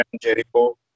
Jericho